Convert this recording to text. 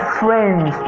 friends